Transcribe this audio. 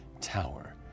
tower